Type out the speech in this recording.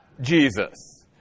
Jesus